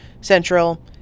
central